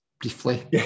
briefly